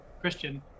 Christian